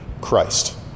Christ